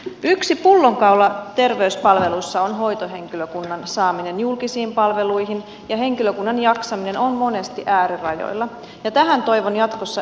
yksi pullonkaula terveyspalveluissa on hoitohenkilökunnan saaminen julkisiin palveluihin ja henkilökunnan jaksaminen on monesti äärirajoilla ja tähän toivon jatkossa erityishuomiota